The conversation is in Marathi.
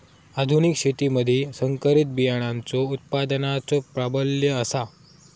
आधुनिक शेतीमधि संकरित बियाणांचो उत्पादनाचो प्राबल्य आसा